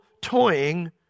toying